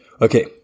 Okay